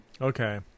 okay